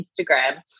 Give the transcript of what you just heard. Instagram